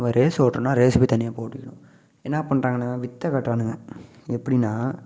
இவன் ரேஸ் ஓட்டுனா ரேஸ்ஸுக்கு தனியாக போய் ஓட்டிக்கணும் என்ன பண்ணுறாங்கன்னா வித்தை காட்டுறானுங்க எப்படின்னா